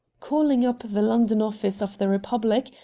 calling up the london office of the republic,